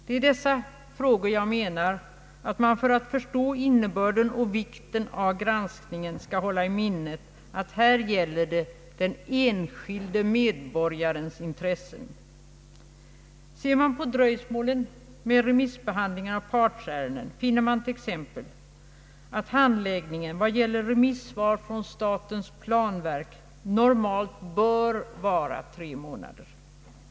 Det är i dessa frågor som jag menar att man för att förstå innebör den och vikten av granskningen skall hålla i minnet att det här gäller den enskilde medborgarens intresse. Ser man på dröjsmålen med remissbehandlingen av partsärenden finner man t.ex. att handläggningstiden vad det gäller remissvar från statens planverk normalt bör vara tre månader.